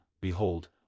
Behold